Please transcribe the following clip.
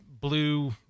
blue